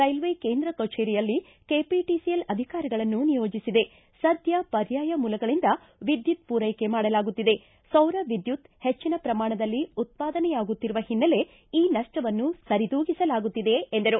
railway ಕೇಂದ್ರ ಕಚೇರಿಯಲ್ಲಿ KBTCL ಅಧಿಕಾರಿಗಳನ್ನು ನಿಯೋಜಿಸಿದೆ ಸಧ್ಯ ಪರ್ಯಾಯ ಮೂಲಗಳಿಂದ ವಿದ್ಯುತ್ ಪೂರೈಕೆ ಮಾಡಲಾಗುತ್ತಿದೆ ಸೌರ ವಿದ್ಯುತ್ ಹೆಚ್ಚನ ಪ್ರಮಾಣದಲ್ಲಿ ಉತ್ವಾದನೆಯಾಗುತ್ತಿರುವ ಹಿನ್ನೆಲೆ ಈ ನಪ್ಪವನ್ನು ಸರಿದೂಗಿಸಲಾಗುತ್ತಿದೆ ಎಂದರು